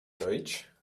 deutsch